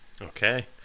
Okay